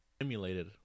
emulated